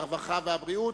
הרווחה והבריאות.